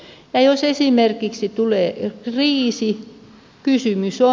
ja jos esimerkiksi tulee kriisi kysymys on